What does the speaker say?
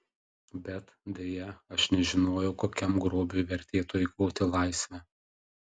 bet deja aš nežinojau kokiam grobiui vertėtų eikvoti laisvę